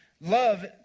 Love